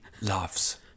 loves